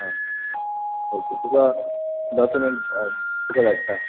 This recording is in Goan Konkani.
आं ओके तुजो डॉक्युमेंट तुका धाडटा